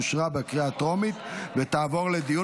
אושרה בקריאה הטרומית ותעבור לדיון